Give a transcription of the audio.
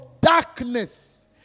darkness